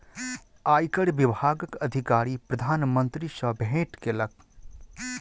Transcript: आयकर विभागक अधिकारी प्रधान मंत्री सॅ भेट केलक